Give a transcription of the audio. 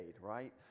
right